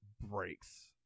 breaks